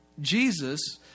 Jesus